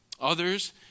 Others